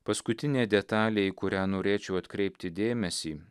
paskutinė detalė į kurią norėčiau atkreipti dėmesį